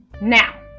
Now